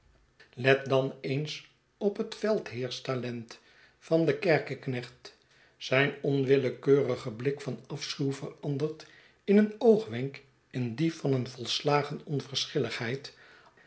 let dan eens op het veldheerstalent van den kerkeknecht zijn onwillekeurige blik van afschuw verandert in een oogwenk in dien van volslagen onverschilligheid